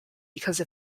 because